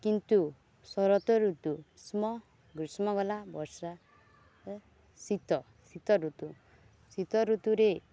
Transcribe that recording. କିନ୍ତୁ ଶରତ ଋତୁ ଗ୍ରୀଷ୍ମ ଗ୍ରୀଷ୍ମ ଗଲା ବର୍ଷା ଶୀତ ଶୀତ ଋତୁ ଶୀତ ଋତୁରେ